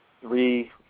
three